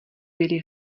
byli